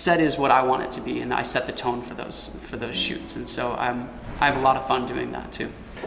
set is what i want to be and i set the tone for those for the shoots and so i have i have a lot of fun doing that